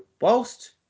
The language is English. whilst